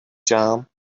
jam